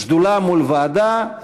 שדולה מול ועדה,